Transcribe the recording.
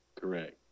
Correct